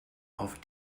auf